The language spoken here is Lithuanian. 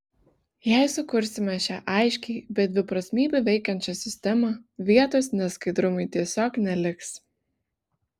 jei sukursime šią aiškiai be dviprasmybių veikiančią sistemą vietos neskaidrumui tiesiog neliks